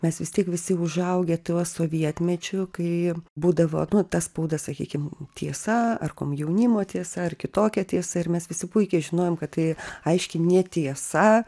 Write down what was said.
mes vis tiek visi užaugę tuo sovietmečiu kai būdavo nu ta spauda sakykim tiesa ar komjaunimo tiesa ar kitokia tiesa ir mes visi puikiai žinojom kad tai aiški netiesa